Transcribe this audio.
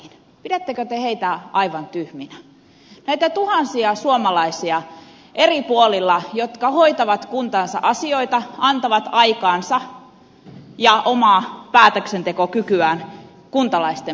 pidättekö te heitä aivan tyhminä näitä tuhansia suomalaisia eri puolilla jotka hoitavat kuntansa asioita antavat aikaansa ja omaa päätöksentekokykyään kuntalaisten parhaaksi